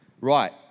Right